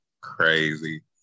crazy